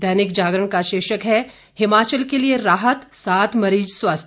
दैनिक जागरण का शीर्षक है हिमाचल के लिये राहत सात मरीज स्वस्थ